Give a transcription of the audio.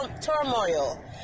turmoil